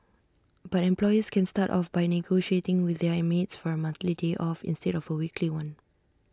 but employers can start off by negotiating with their maids for A monthly day off instead of A weekly one